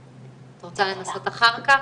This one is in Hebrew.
את רוצה לנסות אחר כך?